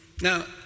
Now